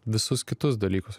visus kitus dalykus